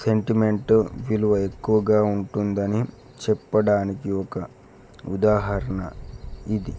sentiment విలువ ఎక్కువగా ఉంటుందని చెప్పడానికి ఒక ఉదాహరణ ఇది